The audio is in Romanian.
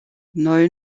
noi